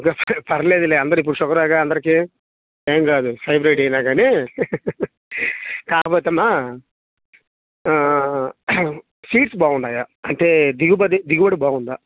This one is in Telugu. పర్వాలేదులే అందరు ఇప్పుడు షుగరేగా అందరికీ ఏమి కాదు హైబ్రిడ్ అయిన కానీ కాకపోతే అమ్మ సీడ్స్ బాగున్నాయా అంటే దిగుబడి దిగుబడి బాగుందా